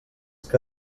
que